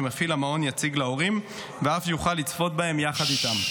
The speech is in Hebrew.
שמפעיל המעון יציג להורים ואף יוכל לצפות יחד איתם.